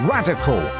Radical